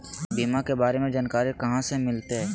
बीमा के बारे में जानकारी कहा से मिलते?